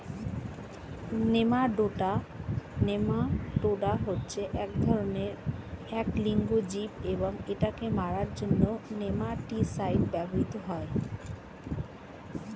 nematoda হচ্ছে এক ধরণের এক লিঙ্গ জীব এবং এটাকে মারার জন্য নেমাটিসাইড ব্যবহৃত হয়